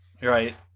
right